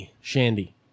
Shandy